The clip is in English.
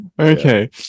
Okay